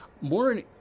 More